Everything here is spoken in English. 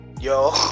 Yo